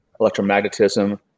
electromagnetism